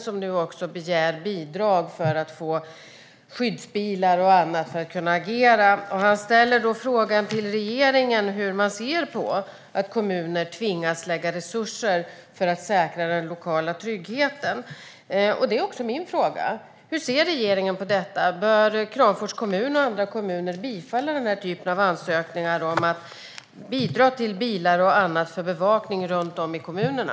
De begär nu också bidrag för att få skyddsbilar och annat för att kunna agera. Han ställer frågan till regeringen hur man ser på att kommuner tvingas lägga resurser på att säkra den lokala tryggheten. Det är också min fråga: Hur ser regeringen på detta? Bör Kramfors kommun och andra kommuner bifalla denna typ av ansökningar om bidrag till bilar och annat för bevakning runt om i kommunerna?